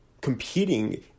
competing